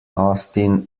austen